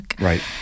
right